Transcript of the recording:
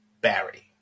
barry